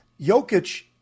Jokic